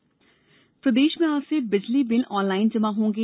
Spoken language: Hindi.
बिजली बिल प्रदेश में आज से बिजली बिल ऑनलाइन जमा होंगे